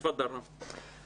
תודה, רם.